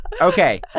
Okay